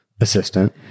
assistant